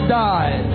die